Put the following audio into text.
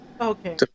Okay